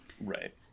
Right